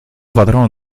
patrono